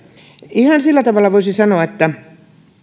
ihan sillä tavalla voisi sanoa että